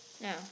No